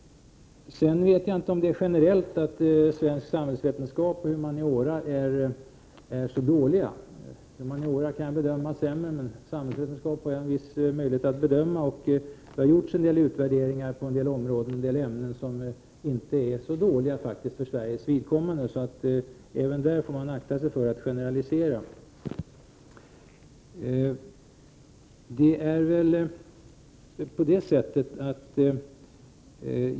Sedan vet jag inte om svensk samhällsvetenskap och humaniora är så dåliga som här görs gällande. Humaniora kan jag sämre, men samhällsvetenskap har jag viss möjlighet att bedöma. Det har gjorts en del utvärderingar på området, och det är inte så dåligt för Sveriges vidkommande. Så även där får man akta sig för att generalisera.